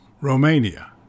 Romania